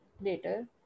later